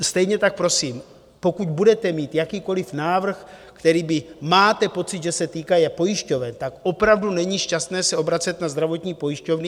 Stejně tak prosím, pokud budete mít jakýkoli návrh, u kterého máte pocit, že se týká pojišťoven, opravdu není šťastné se obracet na zdravotní pojišťovny.